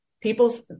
people